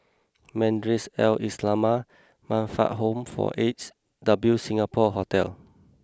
Madrasah Al Maarif Ai Islamiah Man Fatt Lam Home for Aged and W Singapore Hotel